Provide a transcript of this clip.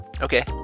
Okay